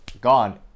gone